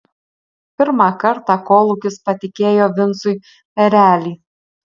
pirmą kartą kolūkis patikėjo vincui erelį